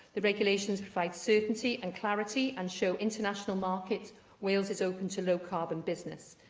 the regulations provide certainty and clarity and show international markets wales is open to low-carbon business.